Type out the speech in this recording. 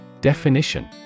Definition